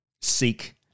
seek